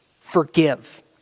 Forgive